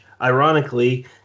ironically